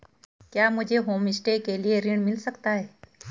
क्या मुझे होमस्टे के लिए ऋण मिल सकता है?